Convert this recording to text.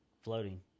floating